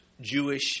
Jewish